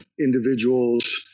individuals